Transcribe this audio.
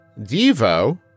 Devo